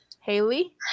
Haley